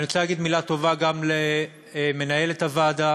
אני רוצה להגיד מילה טובה גם למנהלת הוועדה